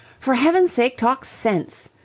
for heaven's sake talk sense,